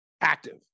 active